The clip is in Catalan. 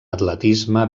atletisme